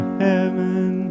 heaven